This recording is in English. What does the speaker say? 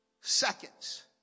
seconds